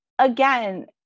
again